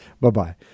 bye-bye